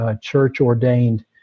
church-ordained